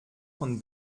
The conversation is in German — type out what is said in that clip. von